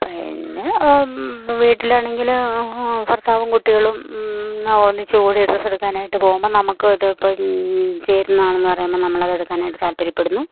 പിന്നെ വീട്ടിലാണെങ്കില് ഭർത്താവും കുട്ടികളും ഒന്നിച്ച് കൂടി ഡ്രസ് എടുക്കാനായിട്ട് പോകുമ്പോൾ നമുക്ക് ഇത് ഇപ്പം ചേരുന്നതാണെന്ന് പറയുമ്പോൾ നമ്മളത് എടുക്കാനായിട്ട് താല്പര്യപ്പെടുന്നു